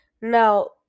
Now